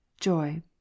joy